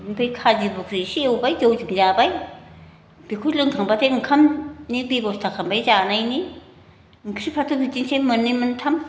ओमफाय खाजि बुख्रि इसे एवबाय जौ जाबाय बेखौ लोंखांबाथाय ओंखामनि बेब'स्था खालामबाय जानायनि ओंख्रिफ्राथ' बिदिनोसै मोननै मोनथाम